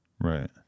Right